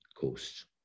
coast